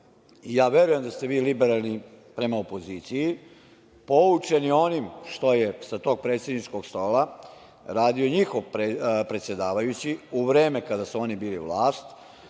ja verujem da ste vi liberalni prema opoziciji, poučeni onim što je sa tog predsedničkog stola radio njihov predsedavajući u vreme kada su oni bili vlast,